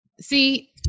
see